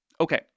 Okay